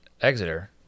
Exeter